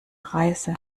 reise